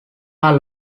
are